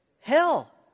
Hell